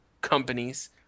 companies